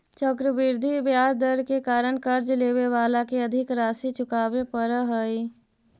चक्रवृद्धि ब्याज दर के कारण कर्ज लेवे वाला के अधिक राशि चुकावे पड़ऽ हई